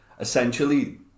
Essentially